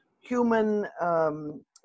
human